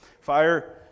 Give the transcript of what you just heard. Fire